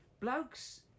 blokes